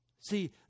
See